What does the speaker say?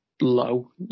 low